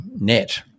net